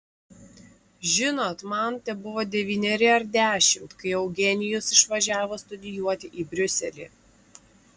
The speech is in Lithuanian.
žinot man tebuvo devyneri ar dešimt kai eugenijus išvažiavo studijuoti į briuselį